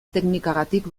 teknikagatik